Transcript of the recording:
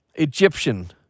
Egyptian